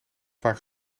vaak